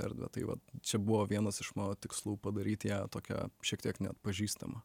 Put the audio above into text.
erdvę tai vat čia buvo vienas iš mano tikslų padaryti ją tokią šiek tiek neatpažįstamą